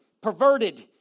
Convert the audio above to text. perverted